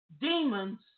demons